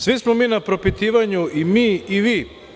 Svi smo mi na propitivanju, i mi i vi.